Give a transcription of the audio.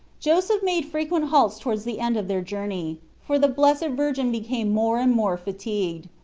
joseph made frequent halts towards the end of their journey, for the blessed virgin became more and more fatigued.